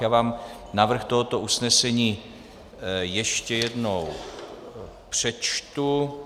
Já vám návrh tohoto usnesení ještě jednou přečtu.